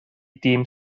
dîm